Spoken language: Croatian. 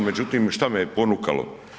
Međutim šta me je ponukalo?